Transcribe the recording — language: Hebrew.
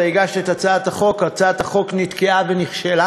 אתה הגשת את הצעת החוק, הצעת החוק נתקעה ונכשלה,